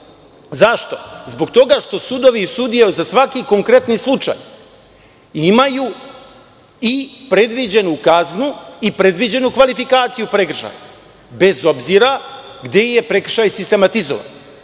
Zašto? Zbog toga što sudovi i sudije za svaki konkretni slučaj imaju i predviđenu kaznu i predviđenu kvalifikaciju prekršaja, bez obzira gde je prekršaj sistematizovan,